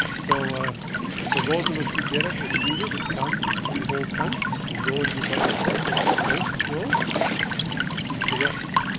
so for those of us who get it and read it, it comes. it's three-holeed punched and can go in your budget book where it's supposed to go for future reference.